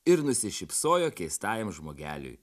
ir nusišypsojo keistajam žmogeliui